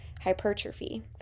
hypertrophy